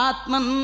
Atman